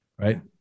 right